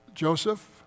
Joseph